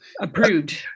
approved